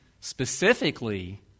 specifically